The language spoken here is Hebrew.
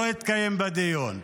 לא התקיים בדיון.